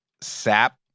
sap